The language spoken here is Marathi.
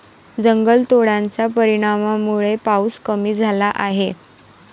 जंगलतोडाच्या परिणामामुळे पाऊस कमी झाला आहे